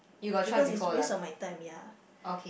because is waste of my time ya